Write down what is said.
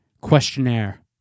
questionnaire